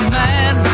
man